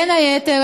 בין היתר,